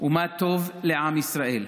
ומה טוב לעם ישראל.